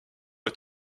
est